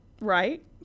right